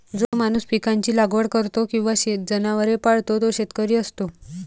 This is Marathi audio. जो माणूस पिकांची लागवड करतो किंवा जनावरे पाळतो तो शेतकरी असतो